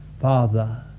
Father